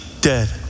dead